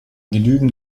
genügend